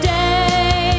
day